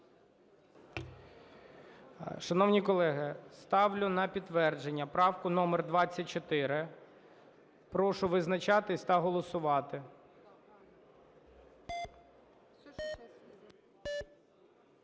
Шановні колеги, ставлю на підтвердження правку номер 24. Прошу визначатися та голосувати.